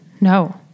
no